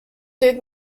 did